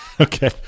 Okay